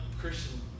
Christian